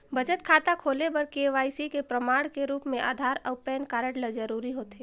बचत खाता खोले बर के.वाइ.सी के प्रमाण के रूप म आधार अऊ पैन कार्ड ल जरूरी होथे